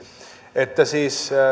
siis